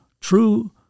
true